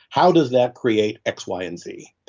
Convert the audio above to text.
how does that create x, y and z?